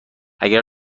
اگر